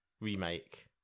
remake